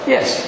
Yes